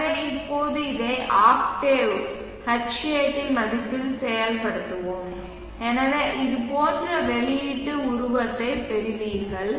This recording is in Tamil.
எனவே இப்போது அதை ஆக்டேவ் Hat மதிப்பீட்டில் செயல்படுத்துவோம் எனவே இது போன்ற வெளியீட்டு உருவத்தைப் பெறுவீர்கள்